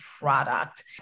product